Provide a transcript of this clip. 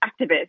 activist